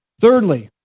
Thirdly